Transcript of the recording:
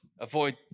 avoid